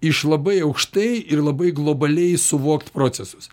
iš labai aukštai ir labai globaliai suvokt procesus